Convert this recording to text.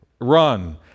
Run